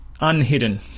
unhidden